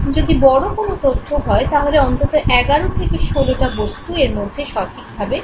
যদি বড় কোন তথ্য হয় তাহলে অন্তত 11 16 টা বস্তু এর মধ্যে সঠিকভাবে শোনা যেতে পারে